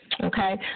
Okay